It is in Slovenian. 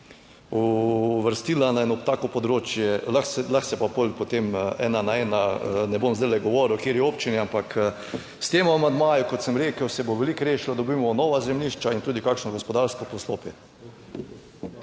uvrstila na eno tako področje. Lahko se pa pol potem ena na ena. Ne bom zdaj govoril o kateri občini. Ampak s tem amandmajem, kot sem rekel, se bo veliko rešilo: dobimo nova zemljišča in tudi kakšno gospodarsko poslopje.